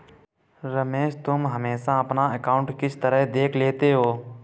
रमेश तुम हमेशा अपना अकांउट किस तरह देख लेते हो?